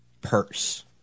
purse